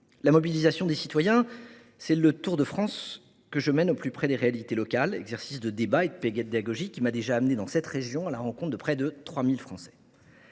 La mobilisation des citoyens passe par le tour de France que je mène au plus près des réalités locales. Cet exercice de débat et de pédagogie m’a déjà mené dans sept régions à la rencontre de près de 3 000 Français.